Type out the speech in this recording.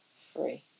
free